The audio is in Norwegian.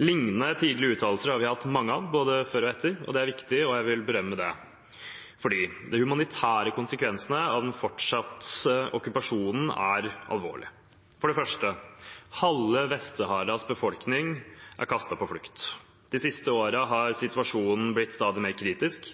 Lignende tydelige uttalelser har vi hatt mange av, både før og etter. Det er viktig, og jeg vil berømme det, fordi de humanitære konsekvensene av den fortsatte okkupasjonen er alvorlig. For det første: Halve Vest-Saharas befolkning er kastet på flukt. De siste årene har situasjonen blitt stadig mer kritisk